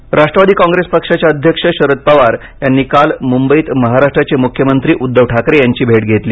पवार ठाकरे राष्ट्रवादी कॉंग्रेस पक्षाचे अध्यक्ष शरद पवार यांनी काल मुंबईत महाराष्ट्राचे मुख्यमंत्री उद्धव ठाकरे यांची भेट घेतली